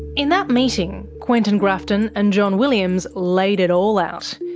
in that meeting, quentin grafton and john williams laid it all out.